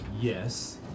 Yes